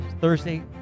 thursday